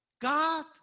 God